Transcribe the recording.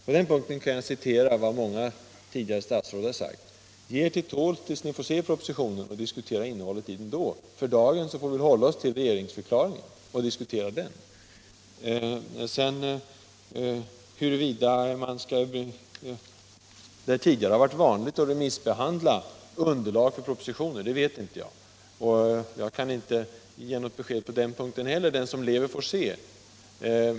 På den punkten kan jag citera vad många tidigare statsråd har sagt: Ge er till tåls tills ni får se propositionen och diskutera innehållet i den då. För dagen får vi väl hålla oss till regeringsförklaringen och diskutera den. Jag vet inte om det tidigare har varit vanligt att remissbehandla underlag för propositioner. Jag kan alltså inte ge något besked på den punkten heller. Den som lever får se.